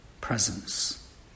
presence